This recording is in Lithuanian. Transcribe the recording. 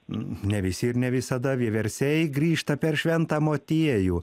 ne visi ir ne visada vieversiai grįžta per šventą motiejų